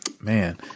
man